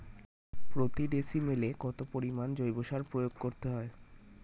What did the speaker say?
প্রতি ডিসিমেলে কত পরিমাণ জৈব সার প্রয়োগ করতে হয়?